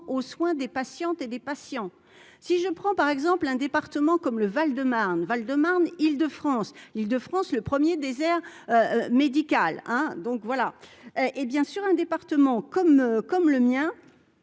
aux soins des patientes et des patients, si je prends par exemple un département comme le Val-de-Marne, Val de Marne Île-de-France Île-de-France le 1er désert médical, hein, donc voilà, et bien sûr un département comme comme